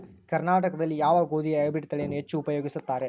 ಕರ್ನಾಟಕದಲ್ಲಿ ಯಾವ ಗೋಧಿಯ ಹೈಬ್ರಿಡ್ ತಳಿಯನ್ನು ಹೆಚ್ಚು ಉಪಯೋಗಿಸುತ್ತಾರೆ?